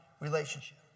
relationship